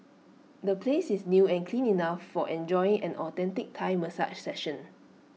the place is new and clean enough for enjoying an authentic Thai massage session